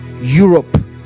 Europe